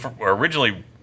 originally